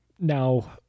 now